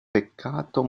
peccato